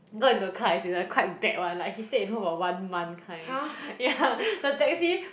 got into a car accident quite bad [one] like he stayed at home for one month kind yeah the taxi